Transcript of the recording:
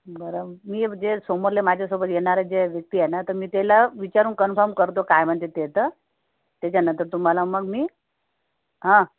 बरं मी जे सोमवारले माझ्यासोबत येणारे जे व्यक्ती आहे ना तर मी त्याला विचारून कन्फर्म करतो काय म्हणते ते तर त्याच्यानंतर तुम्हाला मग मी हां